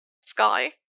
sky